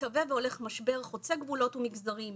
מתהווה והולך משבר חוצה גבולות ומגזרים,